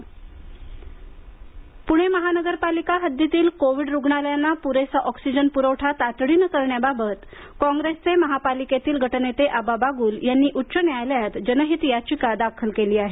आबा बागुल पुणे महानगरपालिका हददीतील कोविड रूग्णालयांना पुरेसा ऑक्सिजन पुरवठा तातडीने करण्याबाबत काँग्रेसचे महापालिकेतील गटनेते आबा बागुल यांनी उच्च न्यायालयात जनहित याचिका दाखल केली आहे